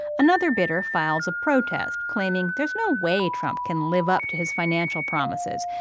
another bidder files a protest, claiming there's no way trump can live up to his financial promises,